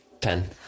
ten